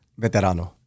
Veterano